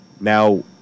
now